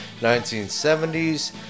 1970s